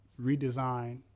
redesign